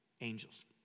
Angels